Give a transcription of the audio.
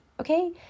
okay